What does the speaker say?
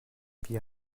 wie